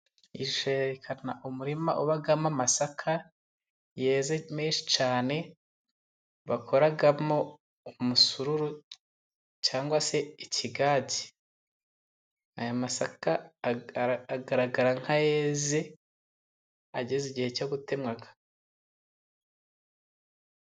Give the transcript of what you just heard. iyi shusho yerekana umurima ubamo amasaka, yeze menshi cyane, bakoramo umusururu, cyangwa se ikigage. Aya masaka agaragara nk'ayeze ageze igihe cyo gutemwa.